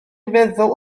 feddwl